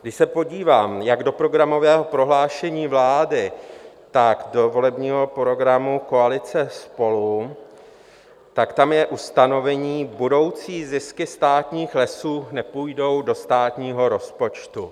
Když se podívám jak do programového prohlášení vlády, tak do volebního programu koalice SPOLU, tak tam je ustanovení: budoucí zisky státních lesů nepůjdou do státního rozpočtu.